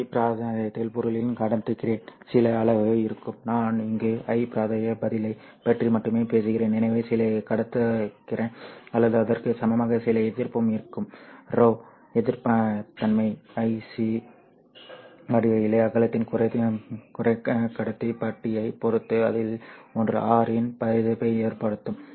I பிராந்தியத்தில் பொருளின் கடத்துத்திறன் சில அளவு இருக்கும் நான் இங்கு I பிராந்திய பதிலைப் பற்றி மட்டுமே பேசுகிறேன் எனவே சில கடத்துத்திறன் அல்லது அதற்கு சமமாக சில எதிர்ப்பும் இருக்கும் ρ எதிர்ப்புத்தன்மை ic வடிவவியலில் அகலத்தின் குறைக்கடத்தி பட்டியைப் பொறுத்தது அதில் ஒன்று R இன் எதிர்ப்பை ஏற்படுத்தும்